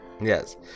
yes